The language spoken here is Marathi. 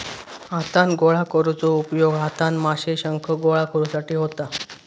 हातान गोळा करुचो उपयोग हातान माशे, शंख गोळा करुसाठी होता